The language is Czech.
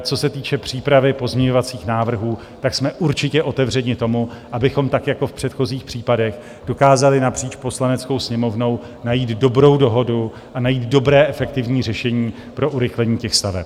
Co se týče přípravy pozměňovacích návrhů, jsme určitě otevřeni tomu, abychom tak jako v předchozích případech dokázali napříč Poslaneckou sněmovnou najít dobrou dohodu a najít dobré, efektivní řešení pro urychlení staveb.